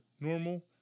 normal